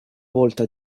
volta